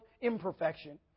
imperfection